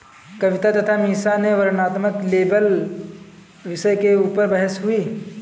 कविता तथा मीसा में वर्णनात्मक लेबल विषय के ऊपर बहस हुई